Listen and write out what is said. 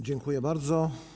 Dziękuję bardzo.